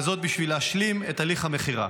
וזאת בשביל להשלים את הליך המכירה.